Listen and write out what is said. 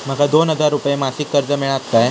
माका दोन हजार रुपये मासिक कर्ज मिळात काय?